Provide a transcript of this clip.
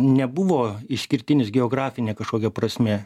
nebuvo išskirtinis geografine kažkokia prasme